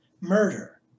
murder